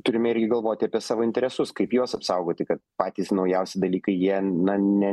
turime galvoti apie savo interesus kaip juos apsaugoti kad patys naujausi dalykai jie na ne